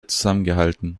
zusammengehalten